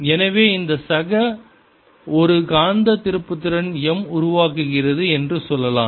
எனவே இந்த சக ஒரு காந்த திருப்புத்திறன் m உருவாக்குகிறது என்று சொல்லலாம்